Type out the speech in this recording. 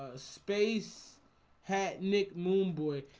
ah space hat nick moon boy.